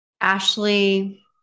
Ashley